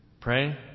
Pray